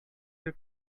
your